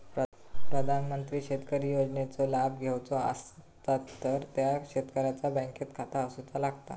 प्रधानमंत्री शेतकरी योजनेचे लाभ घेवचो असतात तर त्या शेतकऱ्याचा बँकेत खाता असूचा लागता